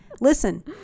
Listen